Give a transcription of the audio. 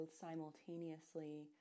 simultaneously